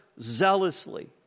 zealously